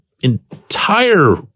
entire